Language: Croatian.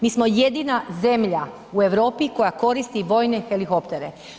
Mi smo jedina zemlja u Europi koja koristi vojne helikoptere.